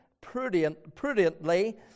prudently